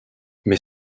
mais